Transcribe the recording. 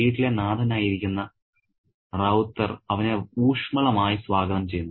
വീട്ടിലെ നാഥനായി ഇരിക്കുന്ന റൌത്തർ അവനെ ഊഷ്മളമായി സ്വാഗതം ചെയ്യുന്നു